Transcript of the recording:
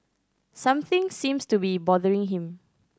something seems to be bothering him